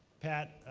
pat,